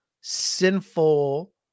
sinful